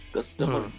customer